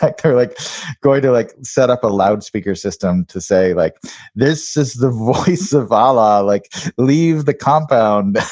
like they're like going to like set up a loud speaker system to say like this is the voice of allah. like leave the compound.